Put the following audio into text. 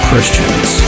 Christians